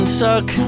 suck